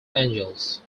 angeles